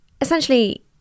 essentially